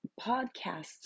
podcasts